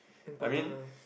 important ah